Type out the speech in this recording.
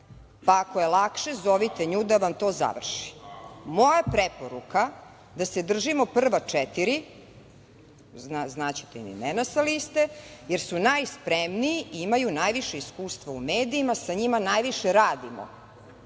pa ako je lakše, zovite nju da vam to završi. Moja preporuka da se držimo prva četiri, znaćete imena sa liste, jer su najspremniji i imaju najviše iskustva u medijima, sa njima najviše radimo.